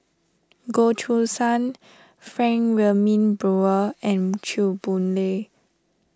Goh Choo San Frank Wilmin Brewer and Chew Boon Lay